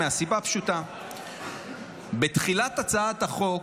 מהסיבה הפשוטה, בתחילת הצעת החוק,